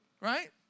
right